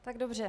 Tak dobře.